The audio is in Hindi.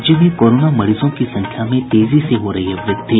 राज्य में कोरोना मरीजों की संख्या में तेजी से हो रही है वृद्धि